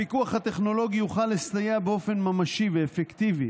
הפיקוח הטכנולוגי יוכל לסייע באופן ממשי ואפקטיבי